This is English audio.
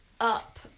Up